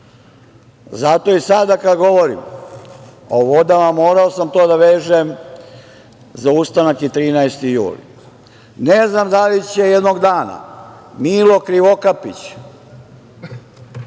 Zato i sada kada govorim o vodama, morao sam to da vežem za ustanak i 13. jul. Ne znam da li će jednog dana Milo Krivokapić,